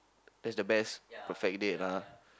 that's the best perfect date lah